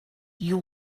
you